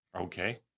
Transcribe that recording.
Okay